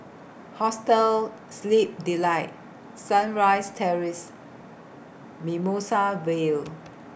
Hostel Sleep Delight Sunrise Terrace Mimosa Vale